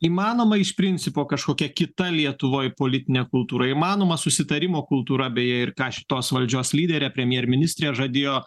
įmanoma iš principo kažkokia kita lietuvoj politinė kultūra įmanoma susitarimo kultūra beje ir ką šitos valdžios lyderė premjerministrė žadėjo